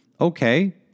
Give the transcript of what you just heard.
okay